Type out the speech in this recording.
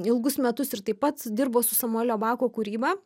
ilgus metus ir taip pat dirbo su samuelio bako kūryba